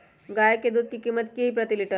गाय के दूध के कीमत की हई प्रति लिटर?